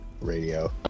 radio